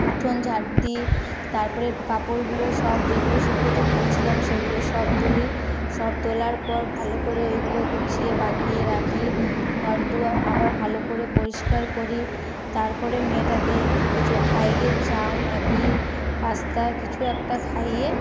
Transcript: উঠোন ঝাঁট দি তারপরে কাপড়গুলো সব যেগুলো শুকোতে দিয়েছিলাম সেগুলো সব তুলি সব তোলার পর ভালো করে ওইগুলো গুছিয়ে বাগিয়ে রাখি ঘর দুয়ার আবার ভালো করে পরিষ্কার করি তারপরে মেয়েটাকে একটু কিছু খাইয়ে চাউ ম্যাগি পাস্তা কিছু একটা খাইয়ে